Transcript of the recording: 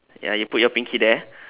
ya you put your pinky there